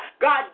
God